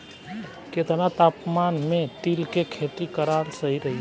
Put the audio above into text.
केतना तापमान मे तिल के खेती कराल सही रही?